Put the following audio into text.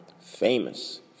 famous